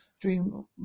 Dream